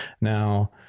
Now